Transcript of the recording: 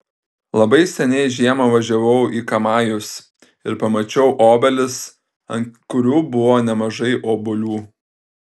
labai seniai žiemą važiavau į kamajus ir pamačiau obelis ant kurių buvo nemažai obuolių